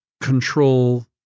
control